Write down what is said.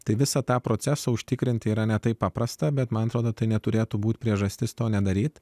tai visą tą procesą užtikrinti yra ne taip paprasta bet man atrodo tai neturėtų būti priežastis to nedaryti